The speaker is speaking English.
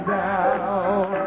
down